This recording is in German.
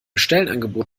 stellenangebot